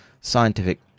scientific